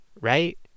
Right